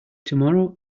tomorrow